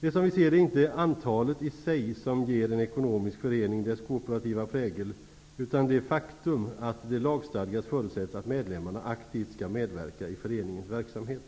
Det är som vi ser det inte antalet i sig som ger en ekonomisk förening dess kooperativa prägel utan det faktum att det lagstadgat förutsätts att medlemmarna aktivt skall medverka i föreningens verksamhet.